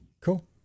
Cool